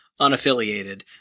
unaffiliated